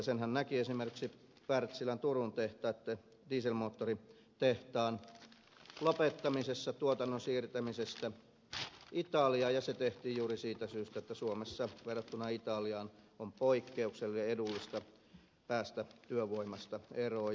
senhän näki esimerkiksi wärtsilän turun tehtaitten dieselmoottoritehtaan lopettamisessa tuotannon siirtämisessä italiaan ja se tehtiin juuri siitä syystä että suomessa verrattuna italiaan on poikkeuksellisen edullista päästä työvoimasta eroon